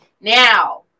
Now